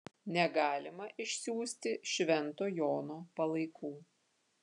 negalima išsiųsti švento jono palaikų